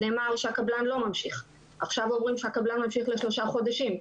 נאמר שהקבלן לא ממשיך ועכשיו אומרים שהקבלן שלושה חודשים.